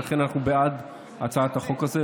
ולכן אנחנו בעד הצעת החוק הזאת.